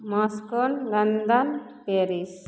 Moscow London Paris